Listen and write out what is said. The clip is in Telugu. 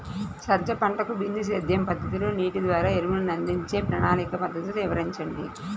సజ్జ పంటకు బిందు సేద్య పద్ధతిలో నీటి ద్వారా ఎరువులను అందించే ప్రణాళిక పద్ధతులు వివరించండి?